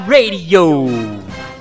Radio